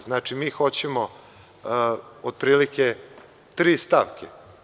Znači, mi hoćemo otprilike tri stavke.